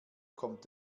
kommt